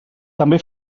també